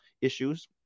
issues